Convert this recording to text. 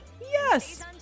yes